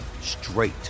straight